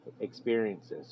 experiences